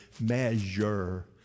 measure